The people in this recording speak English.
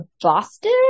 Boston